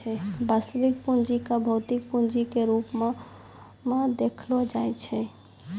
वास्तविक पूंजी क भौतिक पूंजी के रूपो म देखलो जाय छै